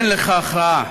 אין לך הכרעה